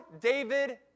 David